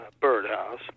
birdhouse